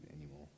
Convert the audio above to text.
anymore